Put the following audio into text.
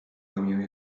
mię